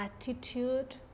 attitude